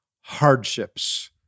hardships